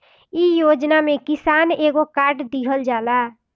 इ योजना में किसान के एगो कार्ड दिहल जाला